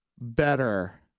better